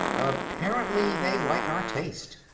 apparently they like our taste.